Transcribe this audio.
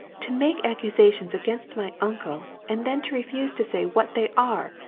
to make accusations against my uncle, and then to refuse to say what they are!